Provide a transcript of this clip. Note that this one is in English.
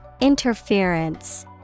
Interference